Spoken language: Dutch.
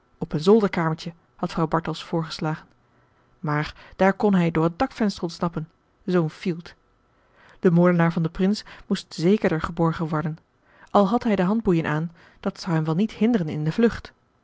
op een zolderkamertje had vrouw bartels voorgeslagen maar daar kon hij door het dakvenster ontsnappen zoo'n fielt de moordenaar van den prins moest zekerder geborgen worden al had hij de handboeien aan dat zou hem wel niet hinderen in de vlucht